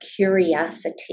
curiosity